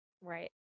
Right